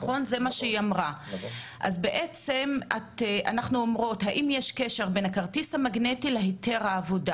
למעשה אנחנו שואלות אם יש קשר בין הכרטיס המגנטי להיתר העבודה.